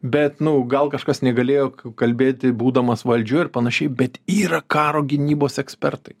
bet nu gal kažkas negalėjo kalbėti būdamas valdžioj ir panašiai bet yra karo gynybos ekspertai